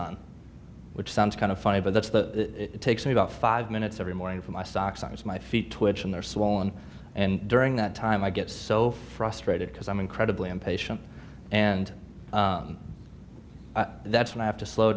on which sounds kind of funny but that's the it takes me about five minutes every morning for my socks on my feet twitching their swollen and during that time i get so frustrated because i'm incredibly impatient and that's when i have to slow